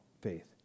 faith